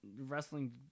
wrestling